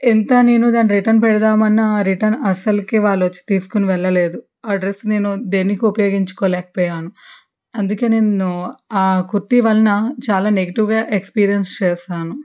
ఎంత నేను దాన్ని రిటర్న్ పెడదామన్న రిటన్ అసలకి వాళ్ళోచ్చి తీసుకొని వెళ్లలేదు ఆ డ్రస్ నేను దేనికి ఉపయోగించుకోలేకపోయాను అందుకే నేను కుర్తీ వలన చాలా నెగటివ్గా ఎక్స్పీరియన్స్ చేశాను